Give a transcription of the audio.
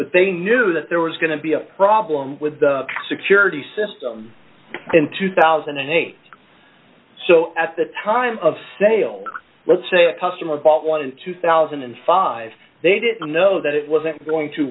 but they knew that there was going to be a problem with the security system in two thousand and eight so at the time of sale let's say a customer bought one in two thousand and five they didn't know that it wasn't going to